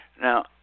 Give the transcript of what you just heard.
Now